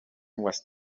was